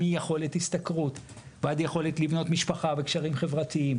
מיכולת השתכרות ועד יכולת לבנות משפחה וקשרים חברתיים,